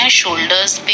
shoulders